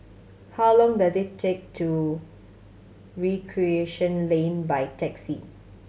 how long does it take to Recreation Lane by taxi